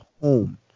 home